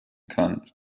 kann